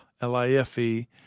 L-I-F-E